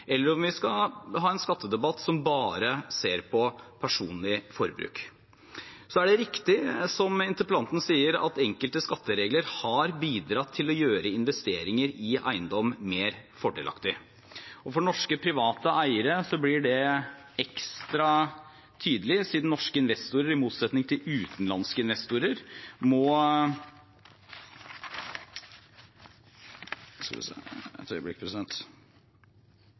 eller om vi skal ha en skattedebatt som bare ser på personlig forbruk. Det er riktig, som interpellanten sier, at enkelte skatteregler har bidratt til å gjøre investering i eiendom mer fordelaktig. For norske private eiere blir det ekstra tydelig siden norske investorer i motsetning til utenlandske investorer må